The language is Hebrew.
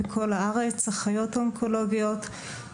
עם אחיות אונקולוגיות,